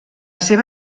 seva